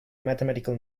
mathematical